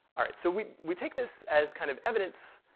all right, so we we take this as kind of evidence,